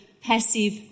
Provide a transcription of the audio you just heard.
passive